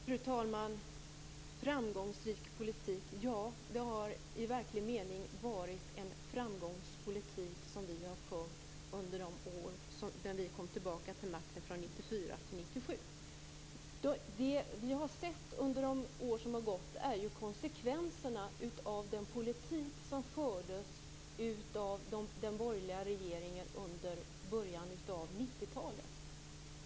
Fru talman! Ja, det har i verklig mening varit en framgångsrik politik som vi har fört under åren sedan vi kom tillbaka till makten, från 1994 till 1997. Det vi har sett under de år som har gått är konsekvenserna av den politik som fördes av den borgerliga regeringen i början av 90-talet.